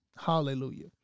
Hallelujah